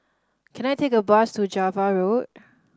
can I take a bus to Java Road